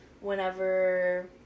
Whenever